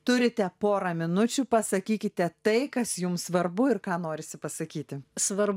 turite porą minučių pasakykite tai kas jums svarbu ir ką norisi pasakyti svarbu